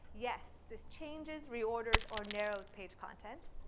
yes, this changes, reorders, or narrows page content.